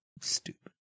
Stupid